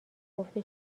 گفته